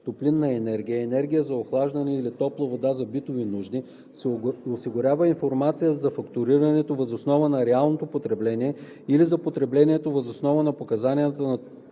топлинна енергия, енергия за охлаждане или топла вода за битови нужди се осигурява информация за фактурирането въз основа на реалното потребление или за потреблението въз основа на показанията на